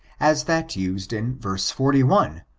as that used in v. forty one,